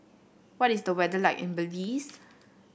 what is the weather like in Belize